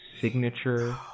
Signature